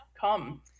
come